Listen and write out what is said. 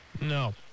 No